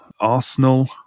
Arsenal